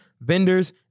vendors